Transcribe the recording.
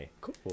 Cool